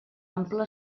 ampla